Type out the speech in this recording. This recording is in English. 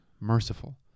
merciful